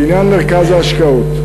לעניין מרכז ההשקעות,